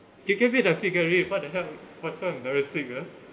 you give it a figurine what the heck !wah! so embarrassing ah